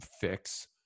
fix